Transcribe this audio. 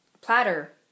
Platter